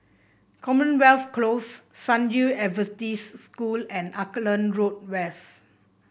Commonwealth Close San Yu Adventist School and Auckland Road West